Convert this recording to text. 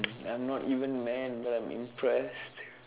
I'm not even mad but I'm impressed